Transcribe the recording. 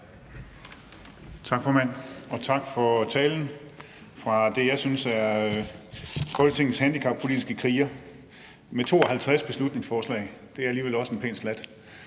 Tak, formand. Og tak for talen til den person, som jeg synes er Folketingets handicappolitiske kriger – med 52 beslutningsforslag; det er alligevel også en pæn slat.